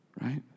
right